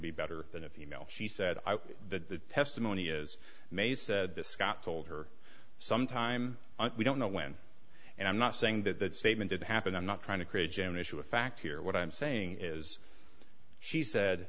be better than a female she said that the testimony is made said the scot told her some time we don't know when and i'm not saying that that statement did happen i'm not trying to create an issue of fact here what i'm saying is she said